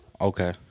Okay